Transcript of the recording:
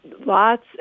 lots